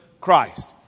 Christ